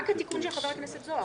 רק התיקון של חבר הכנסת זוהר,